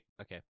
Okay